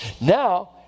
Now